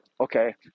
Okay